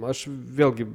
aš vėlgi